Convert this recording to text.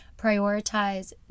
prioritize